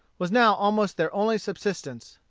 was now almost their only subsistence.